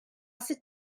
sut